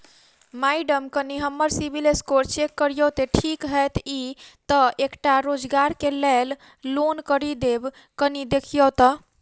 Madam कनि हम्मर CIBIL score check करियो तेँ ठीक हएत ई तऽ एकटा रोजगार केँ लैल लोन करि देब कनि देखीओत?